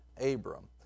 Abram